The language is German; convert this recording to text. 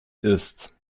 ist